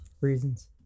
Reasons